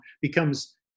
becomes